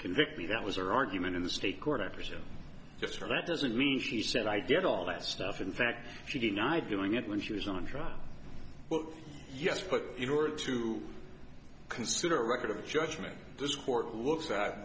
convict me that was her argument in the state court i presume just so that doesn't mean she said i did all that stuff in fact she denied doing it when she was on trial well yes put in order to consider a record of judgement this court looks at